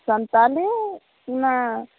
ᱥᱟᱱᱛᱟᱞᱤ ᱚᱱᱟ